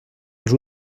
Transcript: els